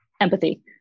empathy